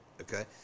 Okay